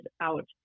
out